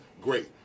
great